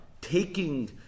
taking